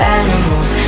animals